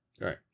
Right